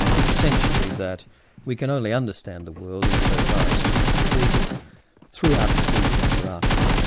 is essentially that we can only understand the world insofar as we perceive it through our perceiving apparatus,